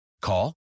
Call